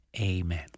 Amen